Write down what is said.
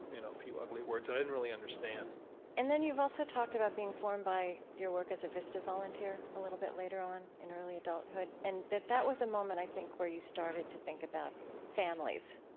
a few ugly words. i didn't really understand and then you've also talked about being formed by your work as a vista volunteer a little bit later on in early adulthood. and that that was a moment, i think, where you started to think about families,